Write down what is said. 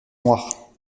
noir